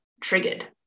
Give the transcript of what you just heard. triggered